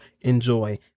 enjoy